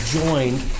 joined